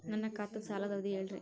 ನನ್ನ ಖಾತಾದ್ದ ಸಾಲದ್ ಅವಧಿ ಹೇಳ್ರಿ